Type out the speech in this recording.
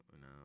no